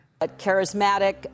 Charismatic